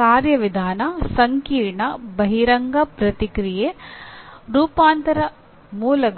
ಕಾರ್ಯವಿಧಾನ ಸಂಕೀರ್ಣ ಬಹಿರಂಗ ಪ್ರತಿಕ್ರಿಯೆ ರೂಪಾಂತರ ಮೂಲಗಳು